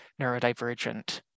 neurodivergent